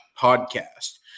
podcast